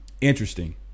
Interesting